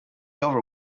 over